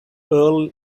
earle